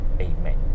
Amen